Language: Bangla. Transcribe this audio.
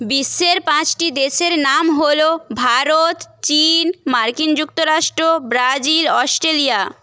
বিশ্বের পাঁচটি দেশের নাম হলো ভারত চীন মার্কিন যুক্তরাষ্ট্র ব্রাজিল অস্ট্রেলিয়া